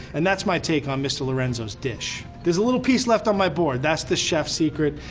and that's my take on mr. lorenzo's dish. there's a little piece left on my board, that's the chef secret.